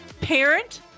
parent